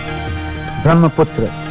brahmaputra,